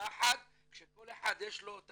ביחד כשכל אחד יש לו את